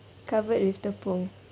covered with tepung